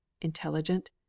intelligent